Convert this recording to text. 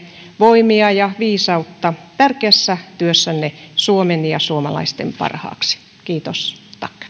voimia ja viisautta tärkeässä työssänne suomen ja suomalaisten parhaaksi kiitos